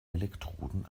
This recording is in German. elektroden